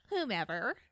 whomever